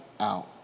out